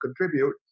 contribute